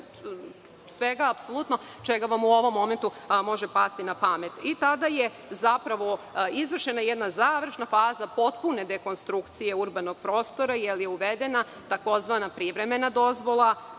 svega apsolutno čega vam u ovom momentu može pasti na pamet. I tada je zapravo izvršena jedna završna faza potpune dekonstrukcije urbanog prostora, jer je uvedena takozvana privremena dozvola,